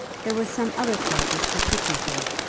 there was some other club which he frequented,